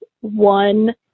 one